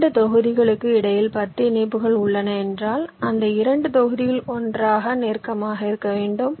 2 தொகுதிகளுக்கு இடையில் 10 இணைப்புகள் உள்ளன என்றால் அந்த 2 தொகுதிகள் ஒன்றாக நெருக்கமாக இருக்க வேண்டும்